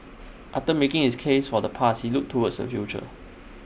after making his case for the past he looked towards the future